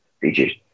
features